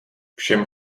všem